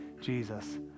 Jesus